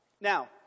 Now